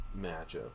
matchup